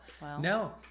No